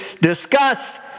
discuss